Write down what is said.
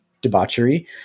debauchery